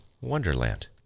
wonderland